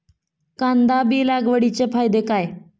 कांदा बी लागवडीचे फायदे काय?